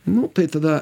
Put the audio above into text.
nu tai tada